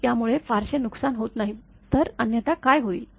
की यामुळे फारसे नुकसान होत नाही तर अन्यथा काय होईल